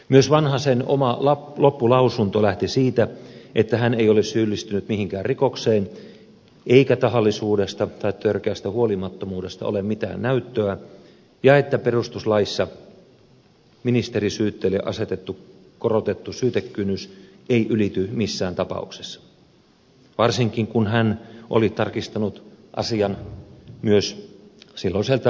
myös vanhasen oma loppulausunto lähti siitä että hän ei ole syyllistynyt mihinkään rikokseen eikä tahallisuudesta tai törkeästä huolimattomuudesta ole mitään näyttöä ja että perustuslaissa ministerisyytteelle asetettu korotettu syytekynnys ei ylity missään tapauksessa varsinkin kun hän oli tarkistanut asian myös silloiselta oikeuskanslerilta nikulalta